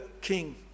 king